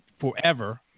forever